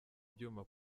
byuma